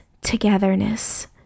togetherness